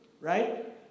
right